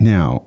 Now